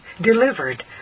delivered